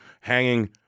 hanging